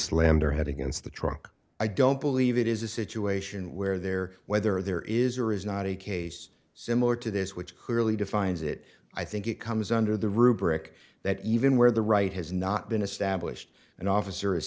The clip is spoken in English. slammed her head against the truck i don't believe it is a situation where there whether there is or is not a case similar to this which clearly defines it i think it comes under the rubric that even where the right has not been established an officer is